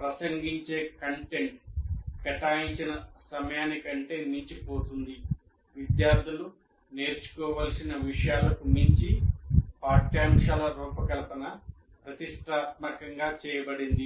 ప్రసంగించే content కేటాయించిన సమయానికంటే మించి పోతుంది విద్యార్థులు నేర్చుకోవలసిన విషయాలకు మించి పాఠ్యాంశాల రూపకల్పన ప్రతిష్టాత్మకంగా చేయబడింది